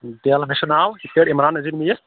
تیلہِ مےٚ چھُ ناو یِتھ کٲٹھۍ عمران نظیٖر میٖر